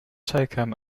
taken